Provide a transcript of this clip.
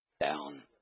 Down